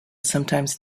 sometimes